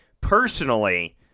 personally